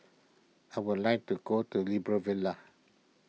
I would like to call to Libreville